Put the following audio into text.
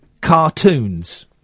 cartoons